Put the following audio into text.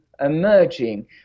emerging